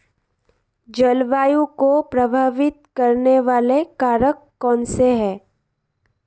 जलवायु को प्रभावित करने वाले कारक कौनसे हैं?